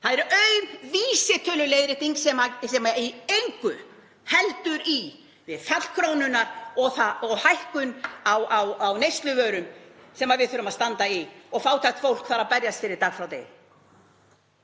Það eru aum vísitöluleiðrétting sem í engu heldur í við fall krónunnar og hækkun á neysluvörum sem við þurfum að taka á okkur, og fátækt fólk þarf að berjast fyrir dag frá